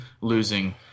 losing